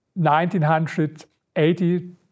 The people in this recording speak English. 1980